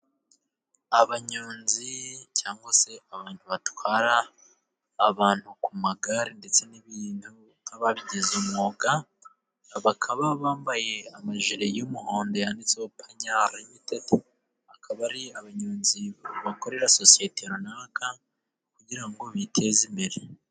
Abanyonzi cyangwa se abantu batwara abantu ku magare ndetse n'ibintu nk'ababigize umwuga, bakaba bambaye amajIri y'umuhondo yanditseho Panari rimitede, akaba ari abanyonzi bakorera sosiyete runaka kugira ngo biteze imbere.